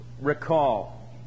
recall